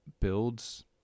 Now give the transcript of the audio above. builds